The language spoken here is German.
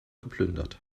geplündert